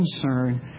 concern